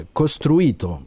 costruito